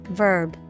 verb